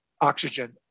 oxygen